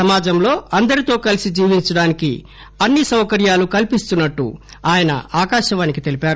సమాజం లో అందరితో కలసి జీవించడానికి అన్సి సౌకర్యాలు కల్పిస్తున్నట్లు ఆయన ఆకాశవాణికి తెలిపారు